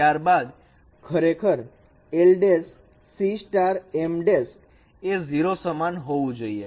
ત્યારબાદ ખરેખર lC m એ 0 સમાન હોવું જોઈએ